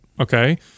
Okay